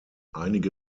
einige